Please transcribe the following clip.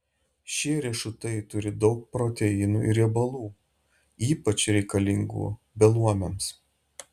šie riešutai turi daug proteinų ir riebalų ypač reikalingų beluomiams